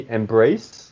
embrace